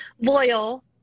loyal